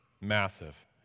massive